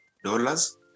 Dollars